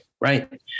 Right